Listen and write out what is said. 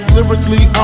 Lyrically